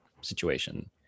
situation